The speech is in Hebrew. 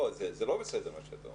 זה לא בסדר מה שאתה אומר.